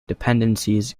dependencies